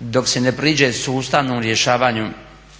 dok se ne priđe sustavnom rješavanju